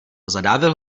zadávil